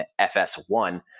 fs1